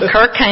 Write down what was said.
Kirk